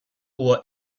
huwa